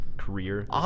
career